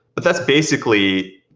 but that's basically,